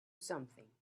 something